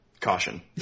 caution